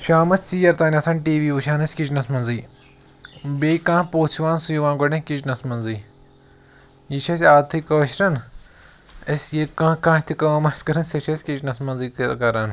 شامَس ژیر تانۍ آسان ٹی وی وُچھان أسۍ کِچنَس منٛزٕے بیٚیہِ کانٛہہ پوٚژھ یِوان سُہ یِوان گۄڈٕنٮ۪تھ کِچنَس منٛزٕے یہِ چھِ اَسہِ عادتھٕے کٲشرٮ۪ن اَسہِ ییٚتہِ کانٛہہ کانٛہہ تہِ کٲم آسہِ کَرٕنۍ سۄ چھِ أسۍ کِچنَس منٛزٕے کَران